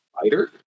fighter